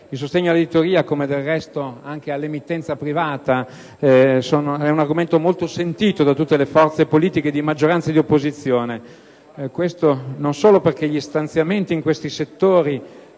Il sostegno dell'editoria, come del resto anche all'emittenza privata, è un argomento molto sentito da tutte le forze di maggioranza e di opposizione, non solo perché gli stanziamenti in questi settori